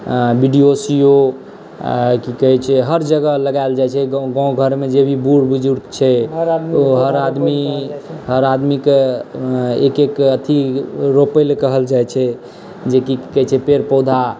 B D O C O आ की कहैत छै हर जगह लगायल जाइत छै गाँव घरमे जे भी बूढ़ बुजुर्ग छै हर आदमीकेँ एक एक अथी रोपैले कहल जाइत छै जे की कहैत छै पेड़ पौधा